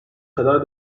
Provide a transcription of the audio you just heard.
kadar